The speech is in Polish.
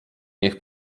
niech